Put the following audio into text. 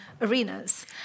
arenas